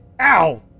Ow